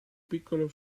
piccolo